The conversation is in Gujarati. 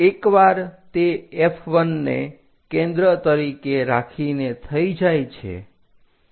એકવાર તે F1 ને કેન્દ્ર તરીકે રાખીને થઈ જાય છે